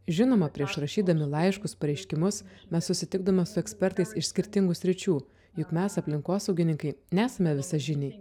žinoma prieš rašydami laiškus pareiškimus mes susitikdavome su ekspertais iš skirtingų sričių juk mes aplinkosaugininkai nesame visažiniai